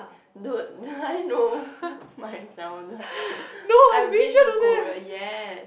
dude do I know myself I've been to Korea yes